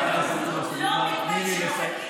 לא מתביישים,